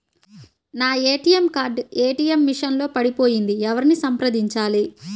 నా ATM card ATM machine లో పడిపోయింది ఎవరిని సంప్రదించాలి?